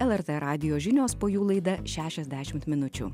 lrt radijo žinios po jų laida šešiasdešimt minučių